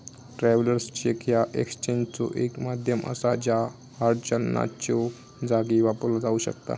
travellers cheque ह्या एक्सचेंजचो एक माध्यम असा ज्या हार्ड चलनाच्यो जागी वापरला जाऊ शकता